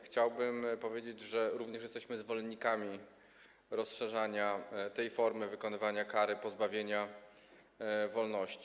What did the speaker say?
Chciałbym powiedzieć, że również jesteśmy zwolennikami rozszerzania tej formy wykonywania kary pozbawienia wolności.